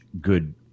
good